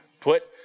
put